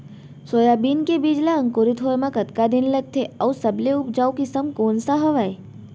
Soybean के बीज ला अंकुरित होय म कतका दिन लगथे, अऊ सबले उपजाऊ किसम कोन सा हवये?